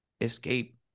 escape